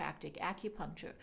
acupuncture